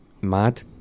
mad